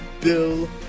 Bill